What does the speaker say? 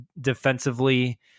defensively